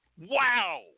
Wow